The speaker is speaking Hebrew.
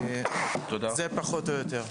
זה פחות או יותר.